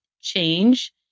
change